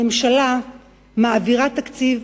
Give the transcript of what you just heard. הממשלה מעבירה תקציב,